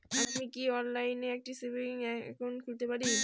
আমি কি অনলাইন একটি সেভিংস একাউন্ট খুলতে পারি?